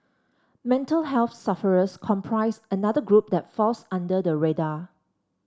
mental health sufferers comprise another group that falls under the radar